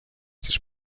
this